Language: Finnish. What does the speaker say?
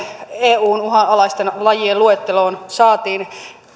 eun uhanalaisten lajien luetteloon saatiin